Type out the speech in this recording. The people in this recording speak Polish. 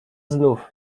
znów